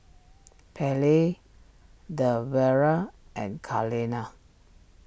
Pairlee Debera and Carlene